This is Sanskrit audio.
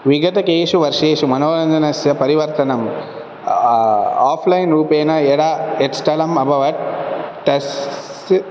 विगतकेषु वर्षेषु मनोरञ्जनस्य परिवर्तनं आफ़्लैन् रूपेण यदा यद्स्थलम् अभवत् तस्स्